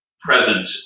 present